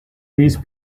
these